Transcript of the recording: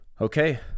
Okay